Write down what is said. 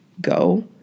go